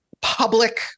public